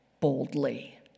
Boldly